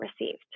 received